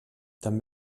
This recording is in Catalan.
també